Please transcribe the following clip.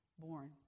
born